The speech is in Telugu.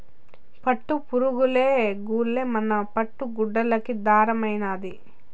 పట్టుపురుగులు గూల్లే మన పట్టు గుడ్డలకి దారమైనాది